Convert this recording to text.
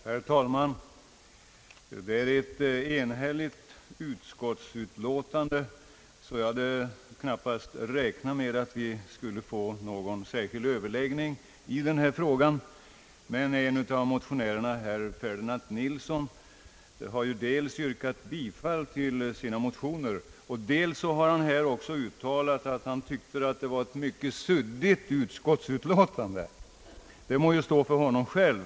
Herr talman! Här föreligger ett enhälligt utskottsutlåtande, och jag hade därför knappast räknat med att vi skulle få någon särskild överläggning i denna fråga. En av motionärerna, herr Ferdinand Nilsson, har emellertid dels yrkat bifall till sin motion och dels i sitt anförande nyss uttalat att han tycker att det är ett mycket suddigt utlåtande som utskottet skrivit. Det omdömet må stå för honom själv.